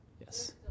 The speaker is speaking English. Yes